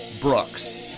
Brooks